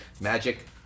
Magic